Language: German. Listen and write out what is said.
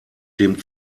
dem